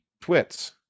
twits